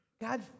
God